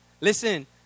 Listen